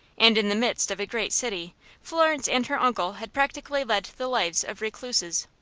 and in the midst of a great city florence and her uncle had practically led the lives of recluses.